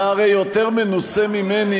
חבר הכנסת ליברמן, אתה הרי יותר מנוסה ממני